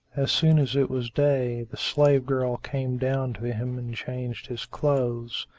as soon as it was day, the slave girl came down to him and changed his clothes,